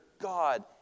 God